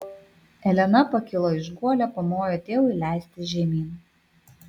elena pakilo iš guolio pamojo tėvui leistis žemyn